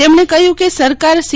તેમણે કહ્યું કે સરકાર સી